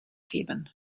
geben